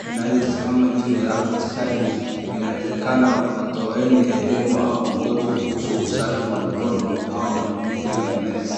inayo simama juu ya stand . Inawezekana watoeni elimu au wongozo kuhusu usafi wa mkono au matumizi ya maji sa...